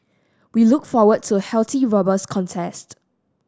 we look forward to a healthy robust contest